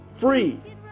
free